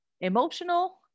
emotional